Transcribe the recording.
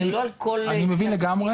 לא על כל תקציב --- אני מבין לגמרי.